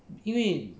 因为